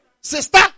Sister